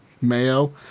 Mayo